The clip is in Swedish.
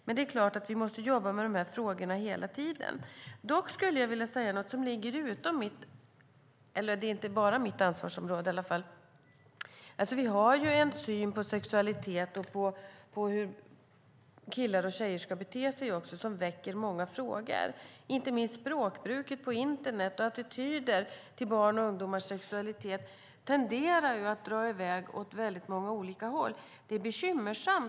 Men vi måste jobba med de här frågorna hela tiden. Dock skulle jag vilja säga något om synen på sexualitet, som ju inte ligger enbart inom mitt ansvarsområde. Vi har en syn på sexualitet och på hur killar och tjejer ska bete sig som väcker många frågor. Inte minst språkbruket på internet och attityder till barns och ungdomars sexualitet tenderar att dra i väg åt väldigt många olika håll.